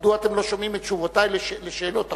מדוע אתם לא שומעים את תשובותי על שאלות אחרות?